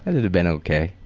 and and been okay.